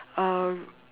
uh